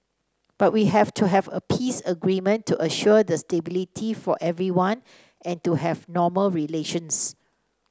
but we have to have a peace agreement to assure the stability for everyone and to have normal relations